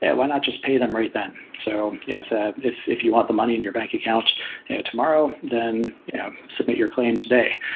and why not just pay them right then? so yeah if if you want the money in your bank account tomorrow, then submit your claim today.